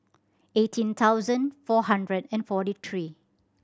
eighteen thousand four hundred and forty three